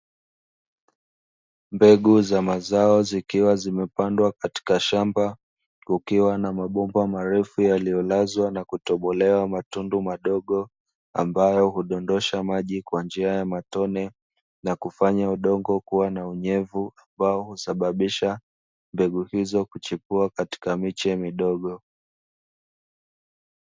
Mbegu za mazao zikiwa zimepandwa katika shamba kukiwa na mabomba marefu yaliyolazwa na kutobolewa matundu madogo, ambayo hudondosha maji kwa njia ya matone na kufanya udongo kuwa na unyevu na kusababisha mbegu hizo kuchipua katika miche midogo.